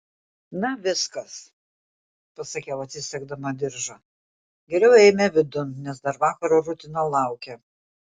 na viskas pasakiau atsisegdama diržą geriau eime vidun nes dar vakaro rutina laukia